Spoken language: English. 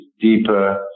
deeper